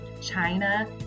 China